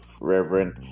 Reverend